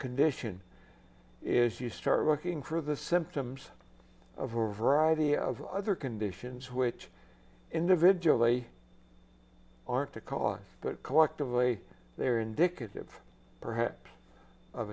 condition is you start looking for the symptoms of a variety of other conditions which individually aren't the cause but collectively they are indicative perhaps of